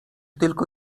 tylko